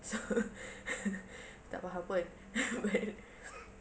so tak faham pun but